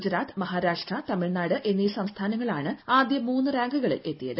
ഗുജറാത്ത് മഹാരാഷ്ട്ര തമിഴ്നാട് എന്നീ സംസ്ഥാനങ്ങൾ ആണ് ആദ്യ മൂന്ന് റാങ്കുകളിൽ എത്തിയത്